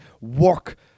work